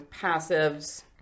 passives